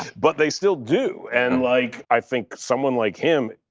but they still do. and like i think someone like him,